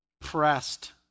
pressed